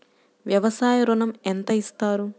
వ్యవసాయ ఋణం ఎంత ఇస్తారు?